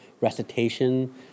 recitation